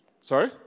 Sorry